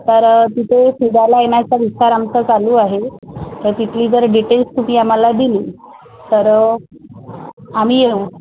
तर तिथे फिरायला येण्याचा विचार आमचा चालू आहे तर तिथली जर डिटेल्स तुम्ही आम्हाला दिली तर आम्ही येऊ